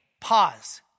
Pause